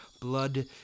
blood